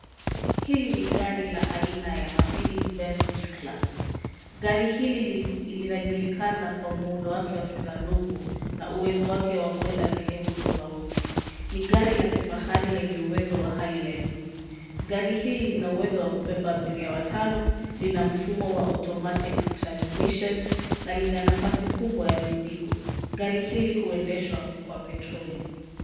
Hili ni gari la aina ya Mercedes Benz G-class. Gari hili linajulikana kwa muundo wake wa kisanduku na uwezo wake wa kuenda sehemu tofauti. Ni gari la kifahari lenye uwezo wa hali ya juu. Gari hili lina uwezo wa kubeba abiria watano, lina mfumo wa automatic transmission na lina nafasi kubwa ya mizigo. Gari hili huendeshwa kwa petroli.